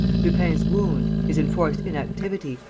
lupin's wound, his enforced inactivity,